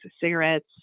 cigarettes